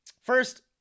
first